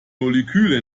moleküle